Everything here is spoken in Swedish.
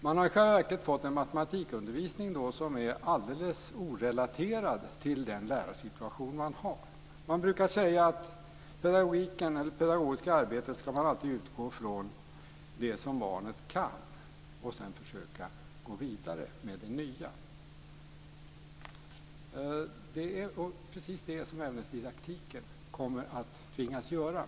Då hade man fått en matematikundervisning som var orelaterad till lärarsituationen. I det pedagogiska arbetet ska man alltid utgå från det som barnet kan och sedan försöka gå vidare med det nya. Det är precis det som ämnesdidaktiken kommer att tvingas göra.